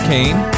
Kane